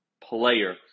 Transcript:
player